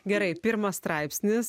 gerai pirmas straipsnis